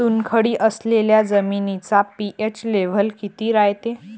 चुनखडी असलेल्या जमिनीचा पी.एच लेव्हल किती रायते?